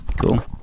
Cool